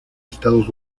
estados